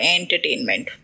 entertainment